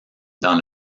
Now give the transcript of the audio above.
dans